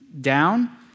down